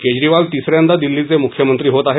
केजरीवाल तिसऱ्यांदा दिल्लीचे मुख्यमंत्री होत आहेत